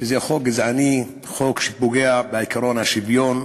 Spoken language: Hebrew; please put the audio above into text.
בכך שזה חוק גזעני, חוק שפוגע בעקרון השוויון,